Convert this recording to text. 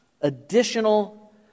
additional